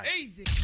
Easy